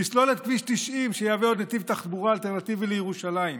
תסלול את כביש 90 שיהווה עוד נתיב תחבורה אלטרנטיבי לירושלים.